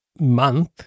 month